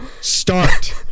Start